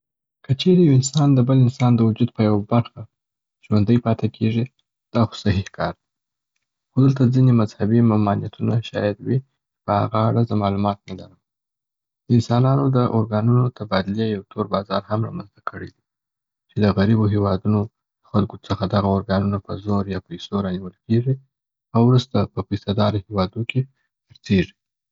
که چیري یو انسان د بل انسان د وجود په یو برخه ژوندی پاته کیږي، دا خو صحيح کار دی، خو دلته ځیني مذهبي ممانیتونه شاید وي چې په هغه اړه زه معلومات نه لرم. د انسانانو د اورګانونو تبادلې یو تور بازار هم را منځ ته کړی دی چې د غریبو هیوادونو د خلکو څخه دغه اورګانونه په زور یا پیسو رانیول کیږي او وروسته په پیسه داره هیوادو کي خرڅیږي.